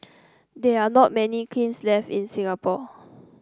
there are not many kilns left in Singapore